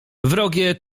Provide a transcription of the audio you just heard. wrogie